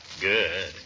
Good